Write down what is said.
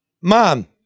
Mom